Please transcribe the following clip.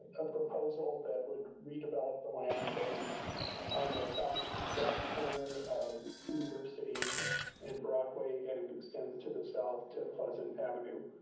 a proposal that would redevelop the land that is on the south west corner of university and broadway and and extends to the south to pleasant avenue,